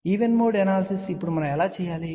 కాబట్టి even mode analysis ఇప్పుడు మనం ఎలా చేయాలి